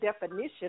definition